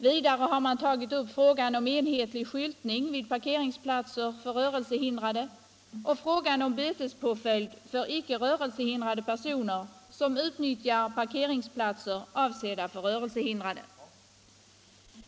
Vidare har man tagit upp frågan om enhetlig skyltning vid parkeringsplatser för rörelsehindrade och frågan om bötespåföljd för icke rörelsehindrade personer, som utnyttjar parkeringsplatser avsedda för rörelsehindrade.